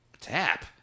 Tap